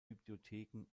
bibliotheken